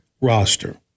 roster